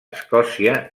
escòcia